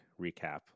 recap